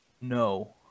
No